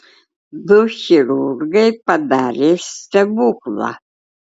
du chirurgai padarė stebuklą